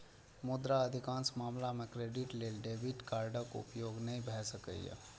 मुदा अधिकांश मामला मे क्रेडिट लेल डेबिट कार्डक उपयोग नै भए सकैए